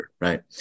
Right